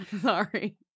Sorry